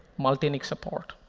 multi-nic support.